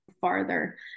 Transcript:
farther